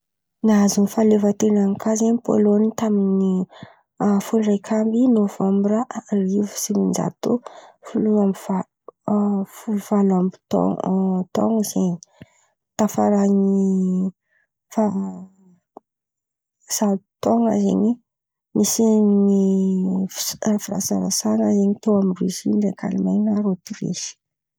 Nahazo ny fahaleovan-ten̈any kà zen̈y Pôlônina tamin’ny a folo raika amby nôvambra arivo sy sivin-jato folo amby valo a folo valo amby tao- taon̈o zen̈y, tafaran’ny faha zato taona zen̈y nisian’ny fisa- firasarasan̈a zen̈y teo amy Rosia ndraiky Aleman̈a ary Otirisy.